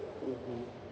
mmhmm